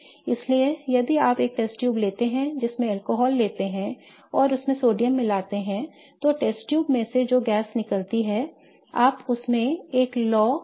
इसलिए यदि आप एक टेस्ट ट्यूब लेते हैं उसमें अल्कोहल लेते हैं और उसमें सोडियम मिलाते हैं तो टेस्ट ट्यूब से जो गैस निकलती है आप उसमें एक लौ पकड़ सकते हैं